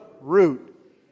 root